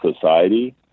society